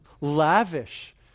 lavish